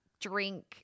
drink